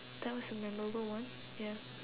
that was a memorable one ya